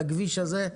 לכביש הזה,